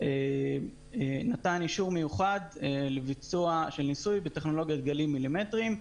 נתן אישור מיוחד לביצוע ניסוי בטכנולוגיית גלים מילימטריים.